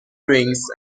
drinks